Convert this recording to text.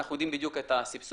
ואנחנו יודעים בדיוק את הסבסוד.